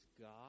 God